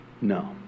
No